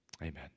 Amen